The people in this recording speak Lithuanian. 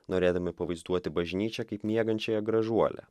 norėdami pavaizduoti bažnyčią kaip miegančiąją gražuolę